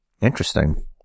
Interesting